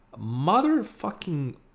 Motherfucking